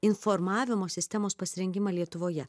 informavimo sistemos pasirengimą lietuvoje